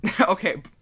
okay